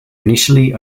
initially